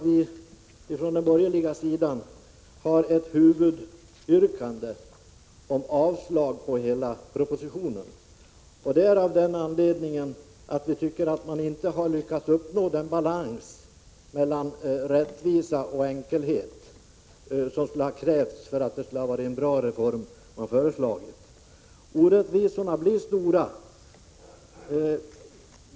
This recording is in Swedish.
Vi från den borgerliga sidan har ett huvudyrkande om avslag på hela propositionen, av den anledningen att man inte lyckats uppnå den balans mellan rättvisa och enkelhet som skulle ha krävts för att det hade blivit en bra reform. Orättvisorna blir stora.